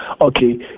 okay